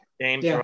James